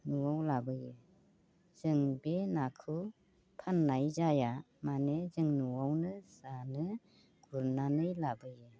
न'आव लाबोयो जों बे नाखौ फाननाय जाया माने जों न'आवनो जानो गुरनानै लाबोयो